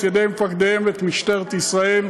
את ידי מפקדיהם ואת משטרת ישראל.